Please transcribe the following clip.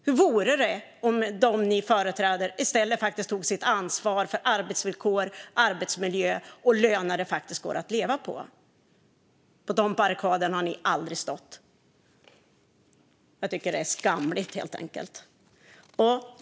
Hur vore det om dem ni företräder i stället tog sitt ansvar för arbetsvillkor, arbetsmiljö och löner det faktiskt går att leva på? På de barrikaderna har ni aldrig stått. Jag tycker att det är skamligt.